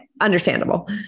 understandable